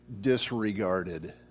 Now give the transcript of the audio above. disregarded